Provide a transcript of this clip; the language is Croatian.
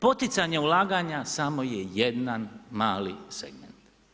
Poticanje ulaganja, samo je jedan mali segment.